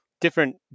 different